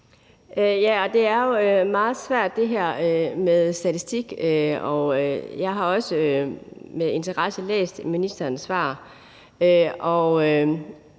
er jo meget svært, og jeg har også med interesse læst ministerens svar,